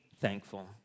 thankful